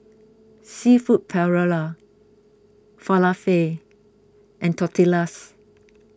Seafood Paella Falafel and Tortillas